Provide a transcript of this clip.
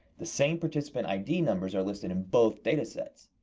the same participant id numbers are listed in both data sets.